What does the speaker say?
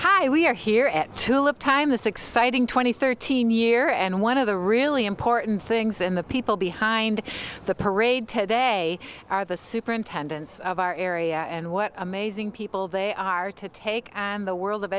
we are here at tulip time this exciting twenty thirteen year and one of the really important things and the people behind the parade today are the superintendents of our area and what amazing people they are to take on the world of